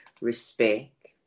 Respect